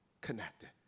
connected